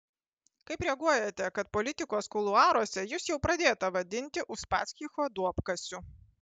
kaip reaguojate kad politikos kuluaruose jus jau pradėta vadinti uspaskicho duobkasiu